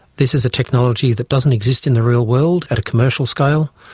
this is a technology that doesn't exist in the real world, at a commercial scale.